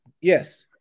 Yes